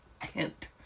tent